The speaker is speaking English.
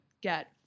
get